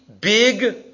big